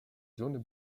zones